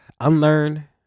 unlearn